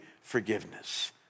forgiveness